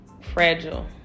fragile